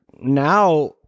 now